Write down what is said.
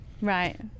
Right